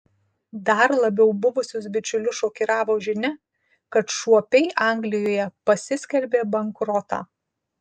dar labiau buvusius bičiulius šokiravo žinia kad šuopiai anglijoje pasiskelbė bankrotą